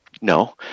no